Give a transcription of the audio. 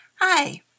Hi